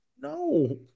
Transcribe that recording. no